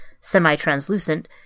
semi-translucent